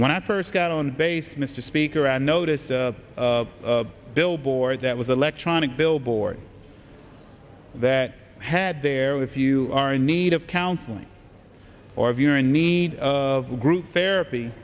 when i first got on base mr speaker i noticed a billboard that was electronic billboard that had their with you are in need of counseling or if you're in need of a group therapy